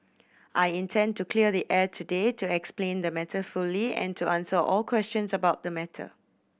I intend to clear the air today to explain the matter fully and to answer all questions about the matter